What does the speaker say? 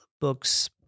books